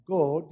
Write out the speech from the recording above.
God